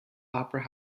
opera